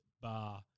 bar